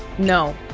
no